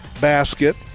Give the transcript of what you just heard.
basket